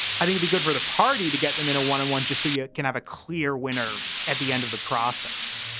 i think be good for the party to get them in a one on one just so you can have a clear winner at the end of the process